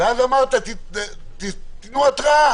ואז אמרת "תנו התראה".